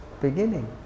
beginning